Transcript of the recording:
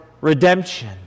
redemption